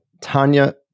Tanya